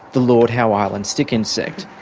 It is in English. the lord howe island stick insect.